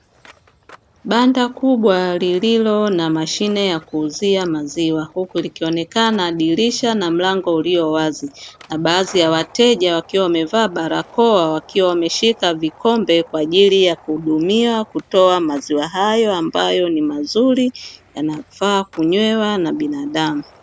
Banda kubwa lililo na mashine ya kuuzia maziwa, huku likionekana dirisha na mlango ulio wazi na baadhi ya wateja wakiwa wamevaa barakoa, wakiwa wameshika vikombe kwa ajili ya na kuhudumia, kutoa maziwa hayo, ambayo ni mazuri yanafaa kunywewa na binadamu.